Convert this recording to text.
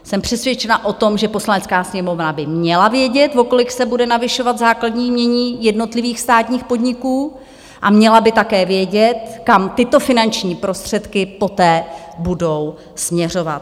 Jsem přesvědčena o tom, že Poslanecká sněmovna by měla vědět, o kolik se bude navyšovat základní jmění jednotlivých státních podniků, a měla by také vědět, kam tyto finanční prostředky poté budou směřovat.